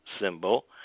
symbol